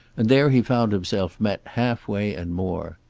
and there he found himself met half way and more.